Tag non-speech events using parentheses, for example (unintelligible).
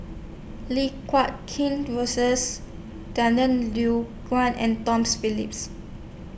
Lim Guat Kheng Rosies (unintelligible) and Tom Phillips